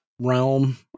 realm